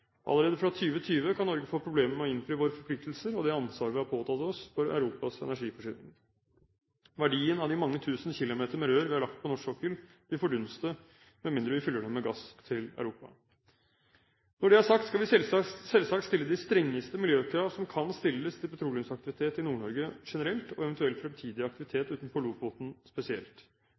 Allerede fra 2020 kan Norge få problemer med å innfri våre forpliktelser og det ansvaret vi har påtatt oss for Europas energiforsyning. Verdien av de mange tusen kilometer med rør vi har lagt på norsk sokkel, vil fordunste med mindre vi fyller dem med gass til Europa. Når det er sagt, skal vi selvsagt stille de strengeste miljøkrav som kan stilles til petroleumsaktivitet i Nord-Norge generelt og eventuell fremtidig aktivitet utenfor Lofoten spesielt.